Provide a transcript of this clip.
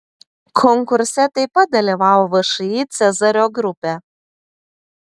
konkurse taip pat dalyvavo všį cezario grupė